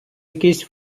якийсь